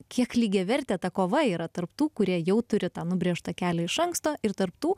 kiek lygiavertė ta kova yra tarp tų kurie jau turi tą nubrėžtą kelią iš anksto ir tarp tų